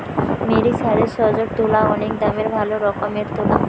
মেরিসারেসজড তুলা অনেক দামের ভালো রকমের তুলা